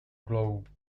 globe